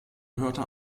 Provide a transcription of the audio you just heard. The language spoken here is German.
gehörte